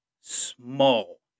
small